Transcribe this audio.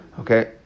okay